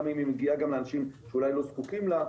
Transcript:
גם אם היא מגיעה לאנשים שאולי לא זקוקים לה,